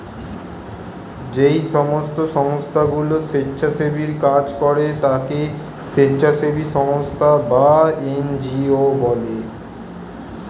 যেই সমস্ত সংস্থাগুলো স্বেচ্ছাসেবীর কাজ করে তাকে স্বেচ্ছাসেবী সংস্থা বা এন জি ও বলে